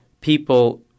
people